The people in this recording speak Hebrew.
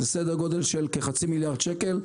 זה כחצי מיליארד שקל.